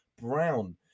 brown